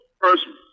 personally